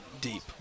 deep